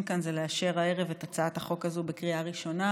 כאן זה לאשר הערב את הצעת החוק הזאת בקריאה ראשונה,